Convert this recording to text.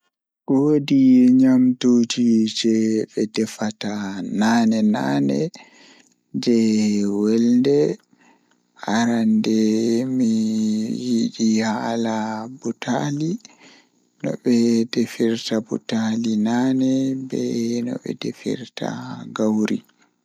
Fijirde jei burdaa yiduki sembe kanjum woni fijirde jei habre bana boksin malla reksilin ngam kanjum do doole anaftira be sembe ma haa babal wadugo dow anaftirai be sembe ma be fiya ma malla be nawna ma fijirde jei buri hoyugo bo kanjum woni fijirde kaati malla lido jei ondo joodi yerba kaati malla kujeeji.